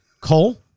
Cole